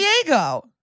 Diego